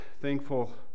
thankful